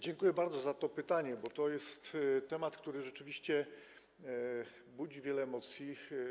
Dziękuję bardzo za to pytanie, bo to jest temat, który rzeczywiście budzi wiele emocji.